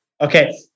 Okay